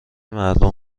مردم